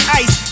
ice